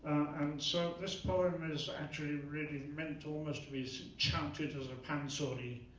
and so this poem is actually really meant almost to be so chanted as a pansori,